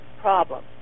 problem